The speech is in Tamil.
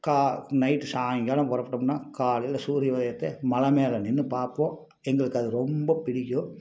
நைட்டு சாய்ங்காலம் புறப்புட்டோம்னா காலையில் சூரியன் உதயத்தை மலை மேலே நின்று பார்ப்போம் எங்களுக்கு அது ரொம்ப பிடிக்கும்